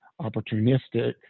opportunistic